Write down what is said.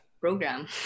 program